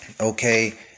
okay